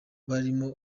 barimo